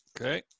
Okay